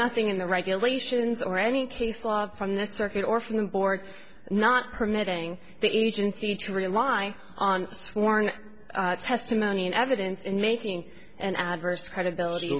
nothing in the regulations or any case law from the circuit or from the board not permitting the agency to rely on sworn testimony and evidence in making an adverse credibility